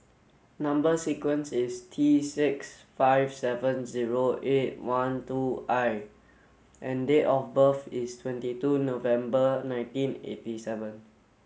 number sequence is T six five seven zero eight one two I and date of birth is twenty two November nineteen eighty seven